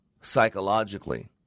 psychologically